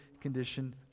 condition